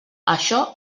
això